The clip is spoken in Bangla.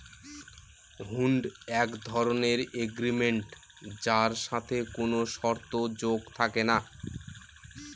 হুন্ড এক ধরনের এগ্রিমেন্ট যার সাথে কোনো শর্ত যোগ থাকে না